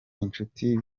inshuti